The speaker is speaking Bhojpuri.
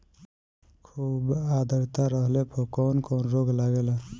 खुब आद्रता रहले पर कौन कौन रोग लागेला?